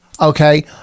Okay